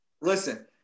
Listen